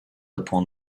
upon